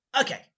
okay